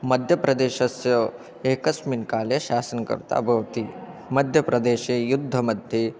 मध्यप्रदेशस्य एकस्मिन् काले शासनकर्ता भवति मध्यप्रदेशे युद्धमध्ये